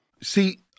See